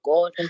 God